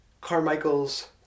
Carmichael's